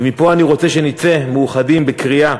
ומפה אני רוצה שנצא מאוחדים בקריאה